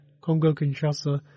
Congo-Kinshasa